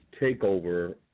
takeover